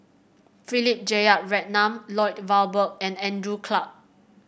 Philip Jeyaretnam Lloyd Valberg and Andrew Clarke